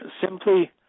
simply